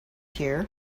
here